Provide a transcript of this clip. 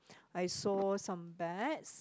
I saw some bats